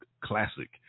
classic